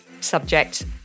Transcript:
subject